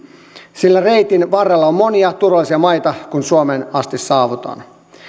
sillä reitin varrella on monia turvallisia maita kun suomeen asti saavutaan